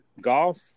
golf